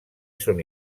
són